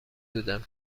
بودم